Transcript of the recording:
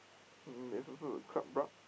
mm there's also the Club-Brugge